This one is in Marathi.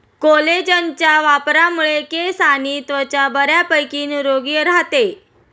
कोलेजनच्या वापरामुळे केस आणि त्वचा बऱ्यापैकी निरोगी राहते